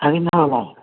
அது என்ன வில